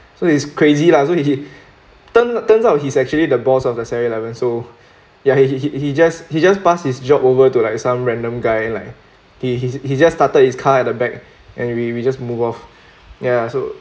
so he's crazy lah so he he turn turns out he's actually the boss of the seven eleven so ya he he he just he just pass his job over to like some random guy like he he he just started his car at the back and we we just move off ya so